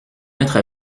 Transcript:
mettre